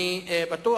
אני בטוח,